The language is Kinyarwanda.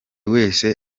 wese